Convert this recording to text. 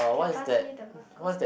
can pass me the marker